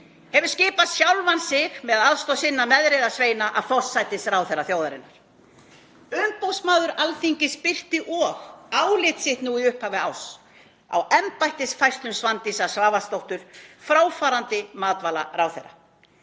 hefur skipað sjálfan sig með aðstoð sinna meðreiðarsveina forsætisráðherra þjóðarinnar. Umboðsmaður Alþingis birti álit sitt nú í upphafi árs á embættisfærslum Svandísar Svavarsdóttur, fráfarandi matvælaráðherra,